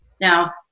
Now